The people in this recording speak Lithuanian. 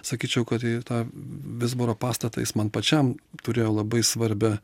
sakyčiau kad į tą vizbaro pastatą jis man pačiam turėjo labai svarbią